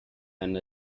and